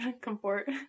comfort